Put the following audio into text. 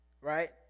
right